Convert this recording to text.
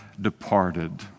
departed